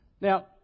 Now